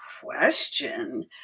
question